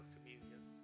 Communion